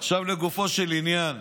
עכשיו לגופו של עניין.